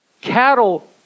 Cattle